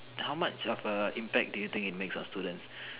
how much of a impact it makes a student